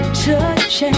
touching